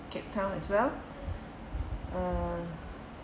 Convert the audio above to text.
cape town as well err